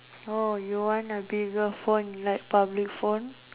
oh you want a bigger phone like public phone